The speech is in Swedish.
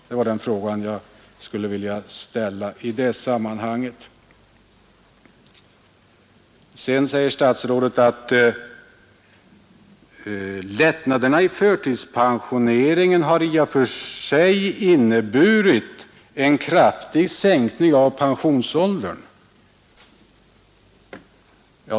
Det är den fråga som jag skulle vilja ställa i sammanhanget. Sedan säger statsrådet att lättnaderna i förtidspensioneringen i och för sig har inneburit en kraftig sänkning av pensionsåldern.